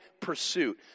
pursuit